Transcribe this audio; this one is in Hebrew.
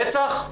רצח?